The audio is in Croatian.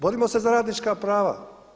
Borimo se za radnička prava.